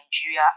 nigeria